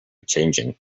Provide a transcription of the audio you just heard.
changing